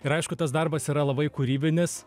ir aišku tas darbas yra labai kūrybinis